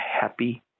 happy